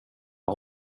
har